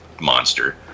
monster